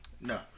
No